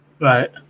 Right